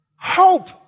Hope